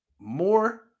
More